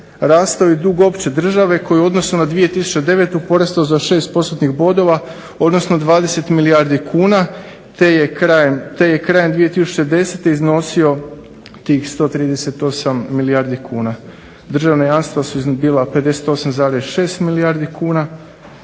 rastao je dug opće države koji je u odnosu na 2009. porastao sa 6 postotnih bodova, odnosno 20 milijardi kuna, te je krajem 2010. iznosio tih 138 milijardu kuna. Državna jamstva su bila 58,6 milijardi kuna,